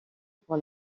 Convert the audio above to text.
pour